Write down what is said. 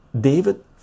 David